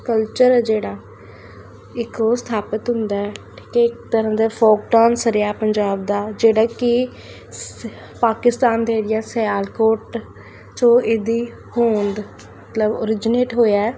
culture ਆ ਜਿਹੜਾ ਇਕ ਉਹ ਸਥਾਪਿਤ ਹੁੰਦਾ ਹੈ ਠੀਕ ਹੈ ਇੱਕ ਤਰ੍ਹਾਂ ਦਾ ਫੋਕ ਡਾਂਸ ਰਿਹਾ ਪੰਜਾਬ ਦਾ ਜਿਹੜਾ ਕਿ ਸਿ ਪਾਕਿਸਤਾਨ ਦੇ ਏਰੀਆ ਸਿਆਲਕੋਟ ਸੋ ਇਹਦੀ ਹੋਂਦ ਮਤਲਬ ਓਰਿਜਨੇਟ ਹੋਇਆ